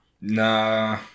Nah